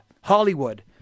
Hollywood